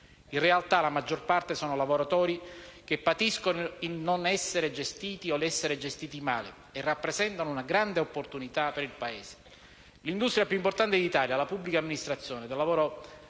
In realtà la maggior parte sono lavoratori che patiscono il non essere gestiti o l'essere gestiti male e rappresentano una grande opportunità per il Paese. L'industria più importante d'Italia è la pubblica amministrazione: dà lavoro